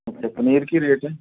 ਅੱਛਾ ਪਨੀਰ ਕੀ ਰੇਟ ਹੈ